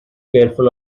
careful